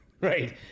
right